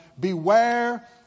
Beware